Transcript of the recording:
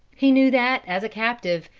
he knew that, as a captive,